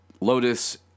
Lotus